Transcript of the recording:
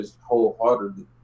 wholeheartedly